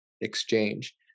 exchange